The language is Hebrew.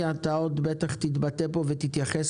אני מניח שאתה עוד תתבטא ותתייחס,